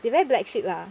the very black sheep lah